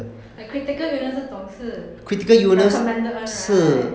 but critical illness 那种是 recommended one right